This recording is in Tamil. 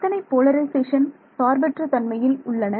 எத்தனை போலரிசேஷன் சார்பற்ற தன்மையில் உள்ளன